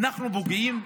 אנחנו פוגעים?